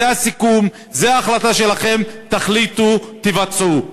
זה הסיכום, זו ההחלטה שלכם, תחליטו, תבצעו.